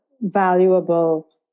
valuable